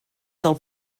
del